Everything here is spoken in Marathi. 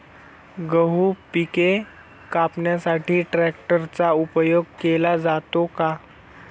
गहू पिके कापण्यासाठी ट्रॅक्टरचा उपयोग केला जातो का?